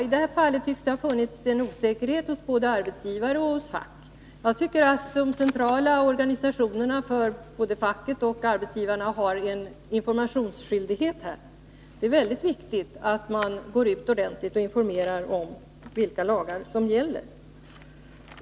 I det här fallet tycks det ha funnits en osäkerhet hos både arbetsgivare och fack. Jag tycker att de centrala organisationerna — både fackets och arbetsgivarnas — har informationsskyldighet härvidlag. Det är mycket viktigt att man går ut och informerar ordentligt om vilka lagar som gäller.